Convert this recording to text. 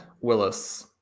Willis